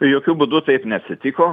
jokiu būdu taip neatsitiko